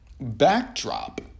backdrop